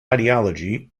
ideology